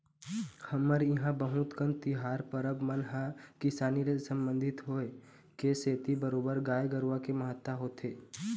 हमर इहाँ बहुत कन तिहार परब मन ह किसानी ले संबंधित होय के सेती बरोबर गाय गरुवा के महत्ता होथे